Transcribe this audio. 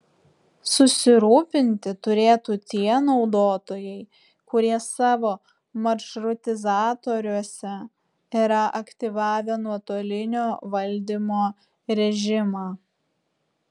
susirūpinti turėtų tie naudotojai kurie savo maršrutizatoriuose yra aktyvavę nuotolinio valdymo režimą